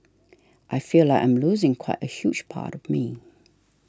I feel like I'm losing quite a huge part of me